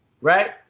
right